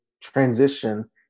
transition